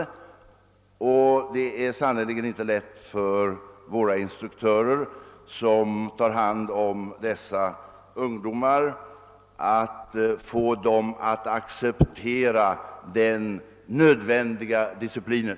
Det är sannerligen inte lätt för våra instruktörer, som tar hand om dessa ungdomar, att få dem att acceptera den nödvändiga disciplinen.